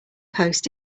post